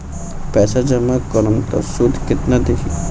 पैसा जमा करम त शुध कितना देही?